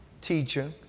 teacher